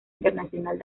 internacional